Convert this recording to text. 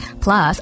Plus